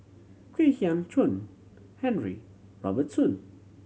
Kwek Hian Chuan Henry Robert Soon